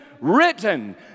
written